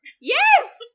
Yes